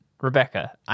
Rebecca